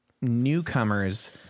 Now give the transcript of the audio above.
newcomers